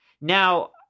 Now